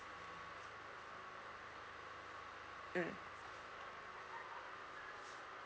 mm